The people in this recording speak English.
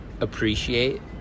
appreciate